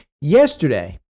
yesterday